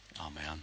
Amen